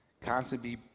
constantly